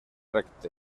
recte